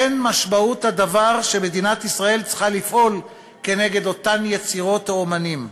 אין משמעות הדבר שמדינת ישראל צריכה לפעול כנגד אותן יצירות או אמנים.